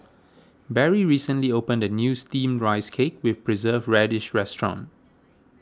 Barrie recently opened a new Steamed Rice Cake with Preserved Radish restaurant